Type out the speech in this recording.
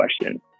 question